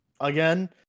again